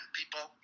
people